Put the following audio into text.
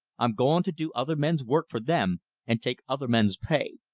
i'm going to do other men's work for them and take other men's pay.